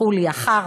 תסלחו לי, "החרא,